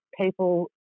people